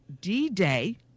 D-Day